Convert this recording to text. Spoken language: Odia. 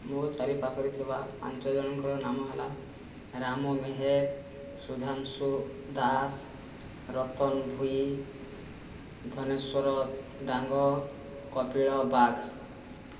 ମୋ' ଚାରି ପାଖରେ ଥିବା ପାଞ୍ଚ ଜଣଙ୍କର ନାମ ହେଲା ରାମ ମେହେର ସୁଧାଂଶୁ ଦାସ ରତନ ଭୋଇ ଧନେଶ୍ଵର ଡାଙ୍ଗ କପିଳ ବାଗ୍